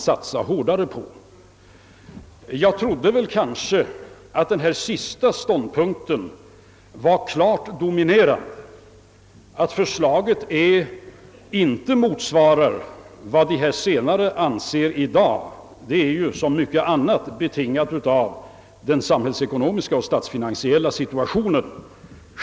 Jag har kanske trott, att de som företräder den sistnämnda ståndpunkten skulle utgöra den dominerande gruppen i vårt samhälle. Att det förslag som på denna punkt läggs fram i statsverkspropositionen inte motsvarar vad den gruppen skulle önska är liksom så mycket annat betingat av den samhällsekonomiska och statsfinansiella situationen.